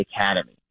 academy